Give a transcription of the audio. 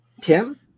Tim